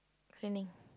cleaning